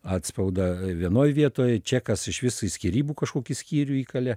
atspaudą vienoj vietoj čekas išvis į skyrybų kažkokį skyrių įkalė